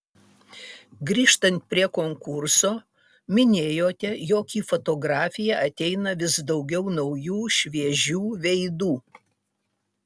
grįžtant prie konkurso minėjote jog į fotografiją ateina vis daugiau naujų šviežių veidų